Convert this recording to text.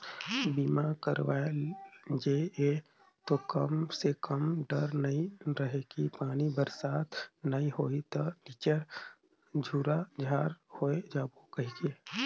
बीमा करवाय जे ये तो कम से कम डर नइ रहें कि पानी बरसात नइ होही त निच्चर झूरा झार होय जाबो कहिके